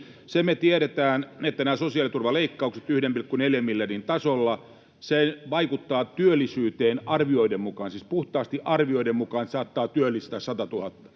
me tiedetään, että nämä sosiaaliturvaleikkaukset 1,4 miljardin tasolla vaikuttavat työllisyyteen arvioiden mukaan niin, siis puhtaasti arvioiden mukaan, että saattaa työllistää